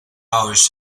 hours